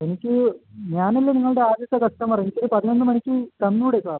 എനിക്ക് ഞാനല്ലേ നിങ്ങളുടെ ആദ്യത്തെ കസ്റ്റമറ് എനിക്കൊരു പതിനൊന്ന് മണിക്ക് തന്നുകൂടെ സാർ